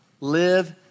Live